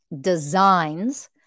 designs